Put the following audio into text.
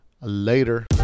Later